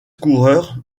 coureurs